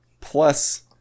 plus